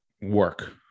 work